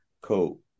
cool